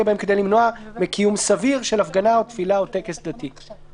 בהם כדי למנוע מקיום סביר של הפגנה או תפילה או טקס דתי.